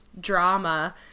drama